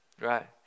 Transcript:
Right